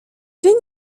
czy